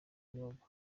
gihugu